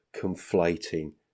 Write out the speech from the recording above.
conflating